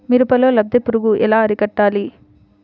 మిరపలో లద్దె పురుగు ఎలా అరికట్టాలి?